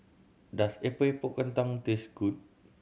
does Epok Epok Kentang taste good